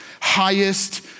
highest